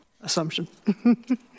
assumption